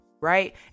Right